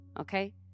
okay